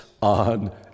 on